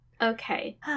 Okay